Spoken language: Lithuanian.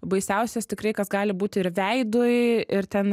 baisiausias tikrai kas gali būti ir veidui ir ten